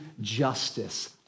justice